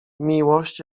miłość